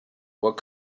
what